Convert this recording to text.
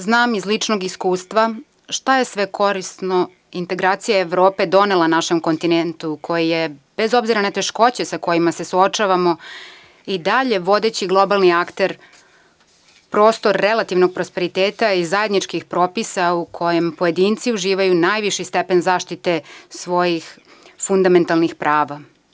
Znam iz ličnog iskustva šta je sve korisno integracija Evrope donela našem kontinentu koji je bez obzira na teškoće sa kojima se suočavamo i dalje vodeći globalni akter prostor relativnog prosperiteta i zajedničkih propisa u kojim pojedinci uživaju najviši stepen zaštite svojih fundamentalnih prava.